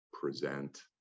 present